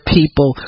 people